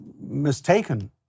mistaken